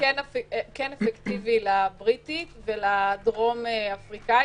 --- כן אפקטיבי לבריטית ולדרום אפריקאית,